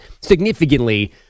significantly